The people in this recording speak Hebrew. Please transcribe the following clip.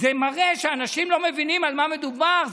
זה מראה שאנשים לא מבינים על מה מדובר.